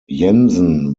jensen